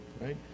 right